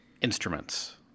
instruments